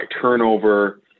turnover